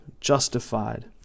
justified